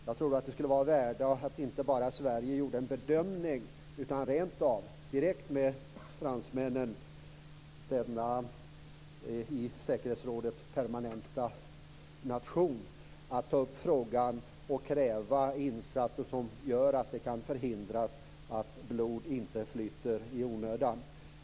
Jag tror att det skulle vara av värde om Sverige inte bara gjorde en bedömning utan rent av i direkt samarbete med Frankrike, denna permanenta medlem i säkerhetsrådet, tog upp frågan och krävde insatser som kan förhindra att blod flyter i onödan.